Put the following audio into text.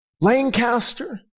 Lancaster